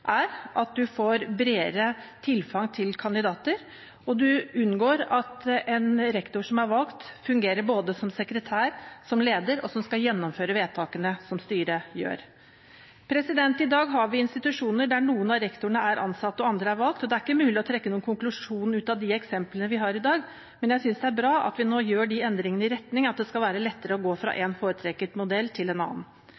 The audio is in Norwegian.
at en får et bredere tilfang av kandidater, og en unngår at en rektor som er valgt, fungerer både som sekretær og som leder og samtidig er den som skal gjennomføre vedtakene som styret gjør. I dag har vi institusjoner der noen av rektorene er ansatt og andre er valgt. Det er ikke mulig å trekke noen konklusjon ut av de eksemplene vi har i dag, men jeg synes det er bra at vi nå gjør de endringene i retning av at det skal være lettere å gå fra